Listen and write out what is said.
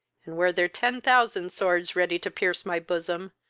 and were there ten thousand swords ready to pierce my bosom,